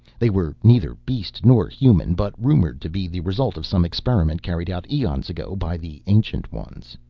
they were neither beast nor human, but rumored to be the result of some experiment carried out eons ago by the ancient ones.